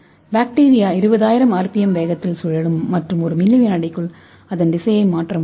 bacteria 20000 RPM வேகத்தில் சுழலும் மற்றும் ஒரு மில்லி விநாடிக்குள் அதன் திசையை மாற்ற முடியும்